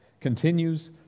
continues